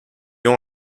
ont